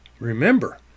Remember